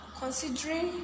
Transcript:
considering